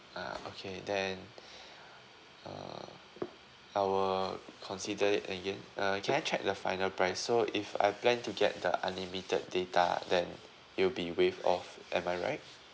ah okay then err I will consider it again uh can I check the final price so if I plan to get the unlimited data then it will be waived off am I right